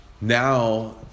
now